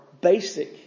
basic